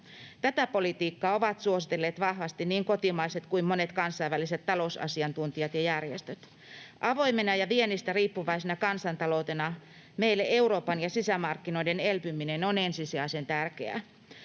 Tätä politiikkaa ovat suositelleet vahvasti niin kotimaiset kuin monet kansainväliset talousasiantuntijat ja -järjestöt. Avoimena ja viennistä riippuvaisena kansantaloutena meille Euroopan ja sisämarkkinoiden elpyminen on ensisijaisen tärkeää.